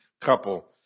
couple